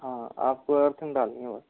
हाँ आपको अर्थिंग डालनी है बस